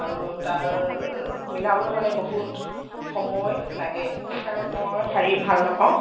আৰু তাৰ মিলাবলৈ মানে বহুত সময় লাগে সেইকাৰণে মই শাৰী ভাল নাপাওঁ